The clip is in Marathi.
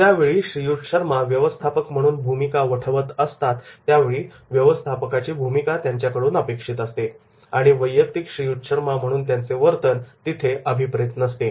ज्यावेळी श्रीयुत शर्मा व्यवस्थापक म्हणून भूमिका वठवत असतात त्यावेळी व्यवस्थापकाची भूमिका त्यांच्याकडून अपेक्षित असते आणि वैयक्तिक श्रीयुत शर्मा म्हणून त्यांचे वर्तन तिथे अभिप्रेत नसते